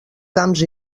camps